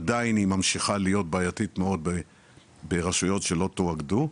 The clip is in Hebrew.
עדיין היא ממשיכה להיות בעייתית מאוד ברשויות שלא תואגדו,